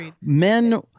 men